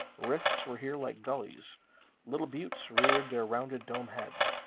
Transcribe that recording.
rifts were here like gulleys little buttes reared their rounded, dome heads.